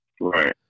Right